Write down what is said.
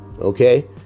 okay